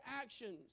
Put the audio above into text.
actions